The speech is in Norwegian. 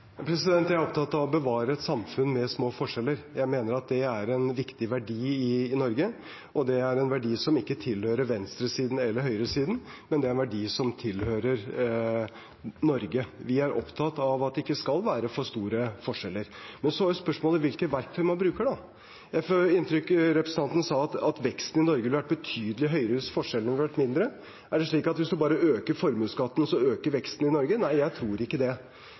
Jeg er opptatt av å bevare et samfunn med små forskjeller. Jeg mener det er en viktig verdi i Norge. Det er en verdi som ikke tilhører venstresiden eller høyresiden, men en verdi som tilhører Norge. Vi er opptatt av at det ikke skal være for store forskjeller. Så er spørsmålet hvilke verktøy man bruker. Jeg fikk inntrykk av at representanten sa at veksten i Norge ville vært betydelig høyere hvis forskjellene hadde vært mindre. Er det slik at hvis man øker formuesskatten, så øker veksten i Norge? Nei, jeg tror ikke det.